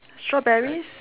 strawberries